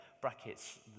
Brackets